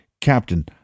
Captain